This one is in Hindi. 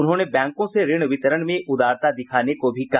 उन्होंने बैंकों से ऋण वितरण में उदारता दिखाने को भी कहा